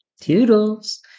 Toodles